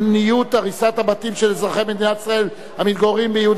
הריסת הבתים של אזרחי מדינת ישראל המתגוררים ביהודה ושומרון,